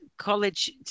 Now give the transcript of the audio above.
college